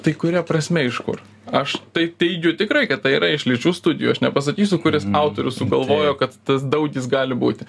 tai kuria prasme iš kur aš taip teigiu tikrai kad tai yra iš lyčių studijų aš nepasakysiu kuris autorius sugalvojo kad tas daugis gali būti